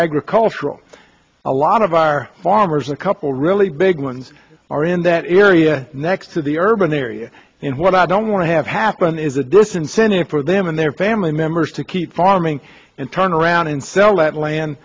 agricultural a lot of our farmers a couple really big ones are in that area next to the urban area and what i don't want to have happen is a disincentive for them and their family members to keep farming and turn around and sell that land